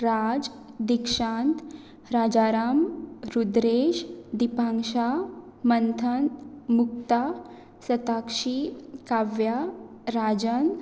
Raj Dikshant Rajaram Rudresh Dipanksha Manthan Mukta Satakshi Kavya Rajan